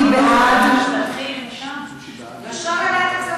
מי בעד, ישר לוועדת הכספים.